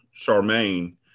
charmaine